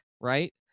right